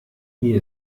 mir